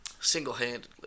single-handedly